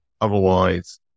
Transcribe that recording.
Otherwise